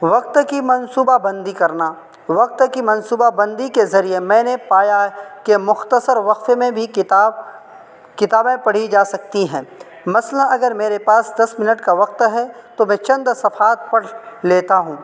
وقت کی منصوبہ بندی کرنا وقت کی منصوبہ بندی کے ذریعے میں نے پایا کہ مختصر وقفے میں بھی کتاب کتابیں پڑھی جا سکتی ہیں مثلاً اگر میرے پاس دس منٹ کا وقت ہے تو میں چند صفحات پڑھ لیتا ہوں